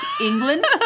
England